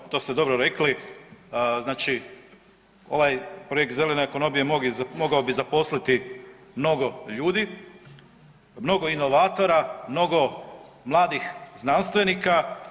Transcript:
Evo, to ste dobro rekli, znači ovaj projekt zelene ekonomije mogao bi zaposliti mnogo ljudi, mnogo inovatora, mnogo mladih znanstvenika.